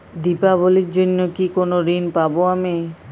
দীপাবলির জন্য কি কোনো ঋণ পাবো আমি?